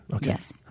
Yes